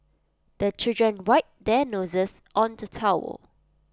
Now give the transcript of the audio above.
the children wipe their noses on the towel